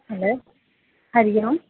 hello हरिः ओम्